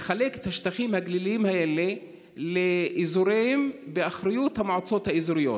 לחלק את השטחים הגליליים האלה לאזורים באחריות המועצות האזוריות,